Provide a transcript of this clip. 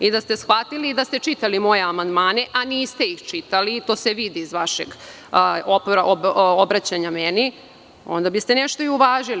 I da ste shvatili i da ste čitali moje amandmane, a niste ih čitali, to se vidi iz vašeg obraćanja meni, onda biste nešto i uvažili.